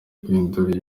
guhindura